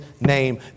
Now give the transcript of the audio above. name